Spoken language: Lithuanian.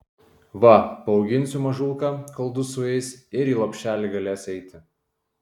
va paauginsiu mažulką kol du sueis ir i lopšelį galės eiti